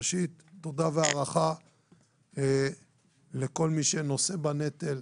ראשית, תודה והערכה לכל מי שנושא בנטל,